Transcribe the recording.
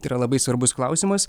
tai yra labai svarbus klausimas